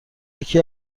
یکی